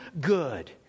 good